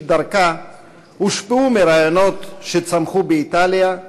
דרכה הושפעו מרעיונות שצמחו באיטליה.